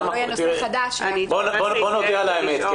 בואו נודה על האמת,